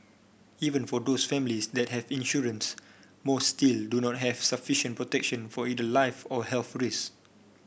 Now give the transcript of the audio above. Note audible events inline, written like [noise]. even for those families that have insurance most still do not have sufficient protection for either life or health [unintelligible]